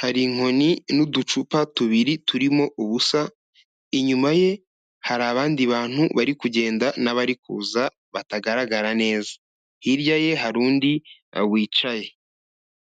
hari inkoni n'uducupa tubiri turimo ubusa, inyuma ye hari abandi bantu barikugenda n'abarikuza batagaragara neza, hirya ye hari undi wicaye.